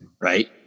right